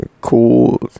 Cool